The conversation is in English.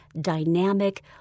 dynamic